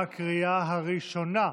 בקריאה הראשונה.